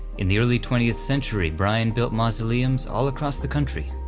in the early twentieth century bryan built mausoleums all across the country,